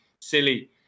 silly